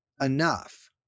enough